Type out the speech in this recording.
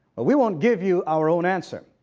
well we won't give you our own answer.